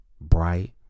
bright